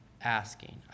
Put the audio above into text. asking